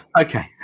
Okay